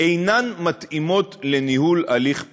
אינן מתאימות לניהול הליך פלילי".